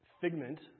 figment